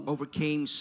Overcame